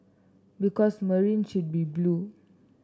because Marine should be blue